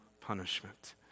punishment